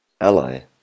ally